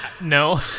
no